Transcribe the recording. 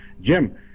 Jim